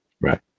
Right